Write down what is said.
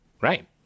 right